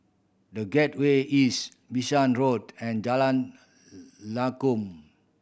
The Gateway East Bishan Road and Jalan Lakum